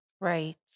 Right